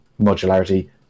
modularity